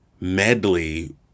medley